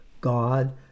God